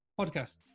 podcast